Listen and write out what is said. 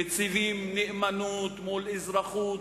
מציבים נאמנות מול אזרחות,